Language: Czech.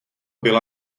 byla